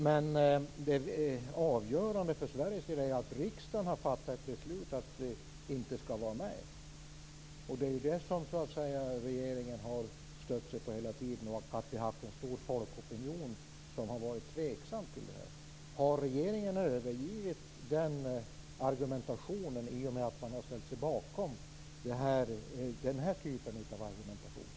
Men det avgörande för Sveriges del är ju att riksdagen har fattat beslut om att vi inte skall vara med. Det är det som regeringen har stött sig på hela tiden, liksom att vi har haft en stor folkopinion som har varit tveksam till detta. Har regeringen övergivit den argumentationen i och med att man har ställt sig bakom den här typen av argumentation?